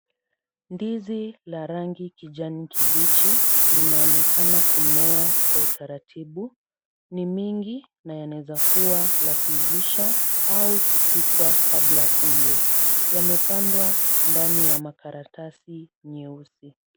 Ndizi la rangi kijani kibichi linaonekana kumea kwa utaratibu. Ni mingi na yanawezakuwa la kuivisha au kupikwa kabla ulwe. Yamepandwa ndani ya makaratasi nyeusi.